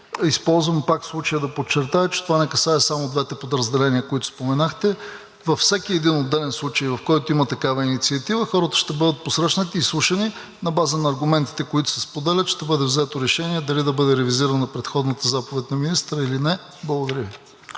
Използвам пак случая да подчертая, че това не касае само двете подразделения, които споменахте. Във всеки отделен случай, в който има такива инициатива, хората ще бъдат посрещнати, изслушани. На база на аргументите, които се споделят, ще бъде взето решение дали да бъде ревизирана предходната заповед на министъра или не. Благодаря Ви.